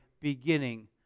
beginning